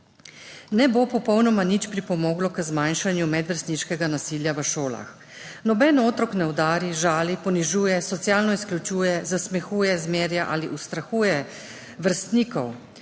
ne bo popolnoma nič pripomoglo k zmanjšanju medvrstniškega nasilja v šolah. Noben otrok ne udari, žali, ponižuje, socialno izključuje, zasmehuje, zmerja ali ustrahuje vrstnikov